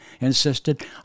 insisted